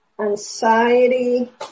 anxiety